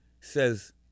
says